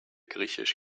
griechisch